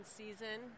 season